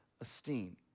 esteem